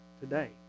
today